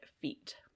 feet